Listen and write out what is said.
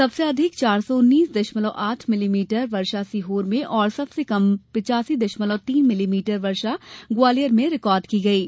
सबसे अधिक चार सौ उन्नीस दशमलव आठ मिलीमीटर वर्षा सीहोर में और सबसे कम पिच्वासी दशमलव तीन मिलीमीटर वर्षा ग्वालियर में रिकार्ड की गई है